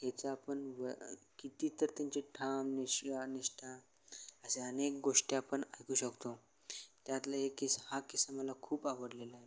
हेचा आपण व किती तर त्यांचे ठाम निषा निष्ठा अशा अनेक गोष्टी आपण ऐकू शकतो त्यातलं एक केस हा किस्सा मला खूप आवडलेला आहे